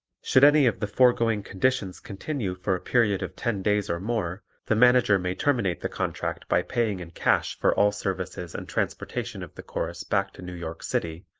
should any of the foregoing conditions continue for a period of ten days or more the manager may terminate the contract by paying in cash for all services and transportation of the chorus back to new york city,